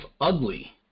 ugly